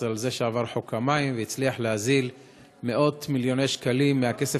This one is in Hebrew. על חוק המים שעבר ועל שהצליח להזיל מאות-מיליוני שקלים מהכסף